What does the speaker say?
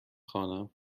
خوانم